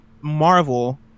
Marvel